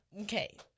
Okay